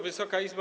Wysoka Izbo!